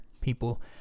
people